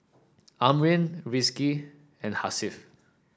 Amrin Rizqi and Hasif